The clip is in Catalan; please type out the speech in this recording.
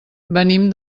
venim